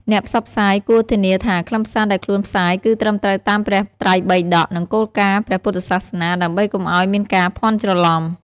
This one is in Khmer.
អ្នកផ្សព្វផ្សាយគួរធានាថាខ្លឹមសារដែលខ្លួនផ្សាយគឺត្រឹមត្រូវតាមព្រះត្រៃបិដក និងគោលការណ៍ព្រះពុទ្ធសាសនា ដើម្បីកុំឲ្យមានការភាន់ច្រឡំ។